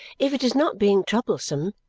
if it is not being troublesome,